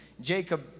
Jacob